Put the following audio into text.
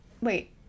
Wait